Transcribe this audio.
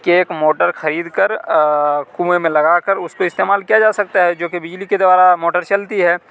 کہ ایک موٹر خرید کر کنویں میں لگا کر اس کو استعمال کیا جا سکتا ہے جو کہ بجلی کے دوارا موٹر چلتی ہے